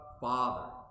father